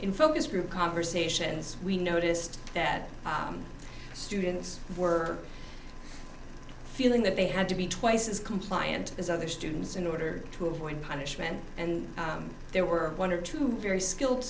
in focus group conversations we noticed that students were feeling that they had to be twice as compliant as other students in order to avoid punishment and there were one or two very skilled